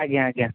ଆଜ୍ଞା ଆଜ୍ଞା